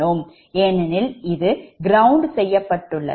ஏனெனில் இது கிரவுண்ட் செய்யப்பட்டுள்ளது